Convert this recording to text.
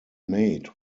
made